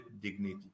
dignity